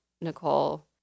Nicole